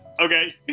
Okay